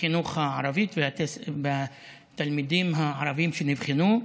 החינוך הערבית והתלמידים הערבים שנבחנו,